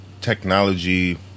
technology